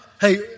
hey